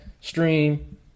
stream